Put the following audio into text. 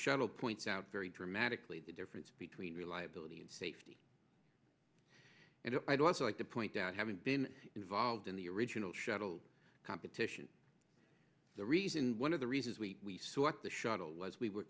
shuttle points out very dramatically the difference between reliability and safety and i'd also like to point out having been involved in the original shuttle competition the reason one of the reasons we saw the shuttle was we were